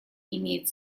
имеет